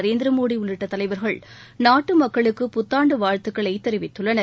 நரேந்திர மோடி உள்ளிட்ட தலைவர்கள் நாட்டு மக்களுக்கு புத்தாண்டு வாழ்த்துக்களை தெரிவித்துள்ளனர்